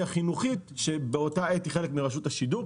החינוכית שבאותה עת היא חלק מרשות השידור.